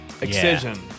Excision